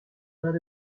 mains